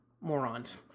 morons